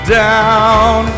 down